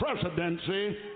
presidency